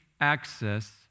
access